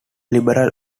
liberal